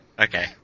Okay